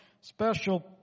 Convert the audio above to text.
special